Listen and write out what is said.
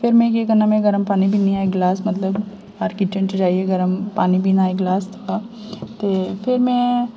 फिर में केह् करना में गरम पानी पीनी आं इक गलास मतलब किचन च जाइयै गरम पानी पीना इक गलास दा ते फिर में